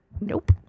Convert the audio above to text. Nope